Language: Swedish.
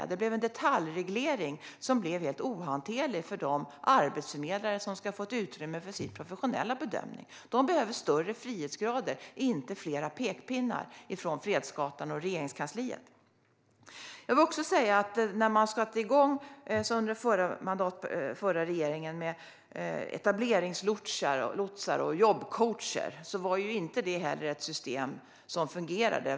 Det blev en detaljreglering som blev helt ohanterlig för arbetsförmedlarna, som ska få utrymme för sin professionella bedömning. De behöver större frihet, inte fler pekpinnar från Fredsgatan och Regeringskansliet. Under den förra regeringen satte man igång med etableringslotsar och jobbcoacher - inte heller det var ett system som fungerade.